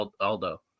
Aldo